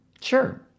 Sure